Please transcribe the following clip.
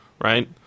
right